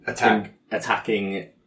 attacking